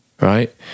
right